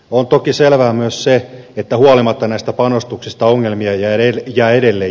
on toki selvää myös se että huolimatta näistä panostuksista ongelmia jää edelleen jäljelle